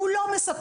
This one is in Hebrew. הוא לא מספק,